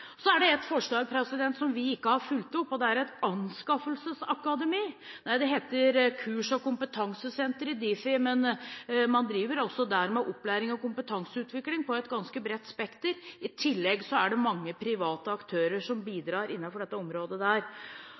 er ett forslag som vi ikke har fulgt opp – et anskaffelsesakademi. Det heter kurs- og kompetansesenter i Difi, men man driver også der med opplæring og kompetanseutvikling i et ganske bredt spekter. I tillegg er det mange private aktører som bidrar innenfor dette området.